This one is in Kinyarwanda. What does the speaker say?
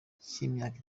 cy’imyaka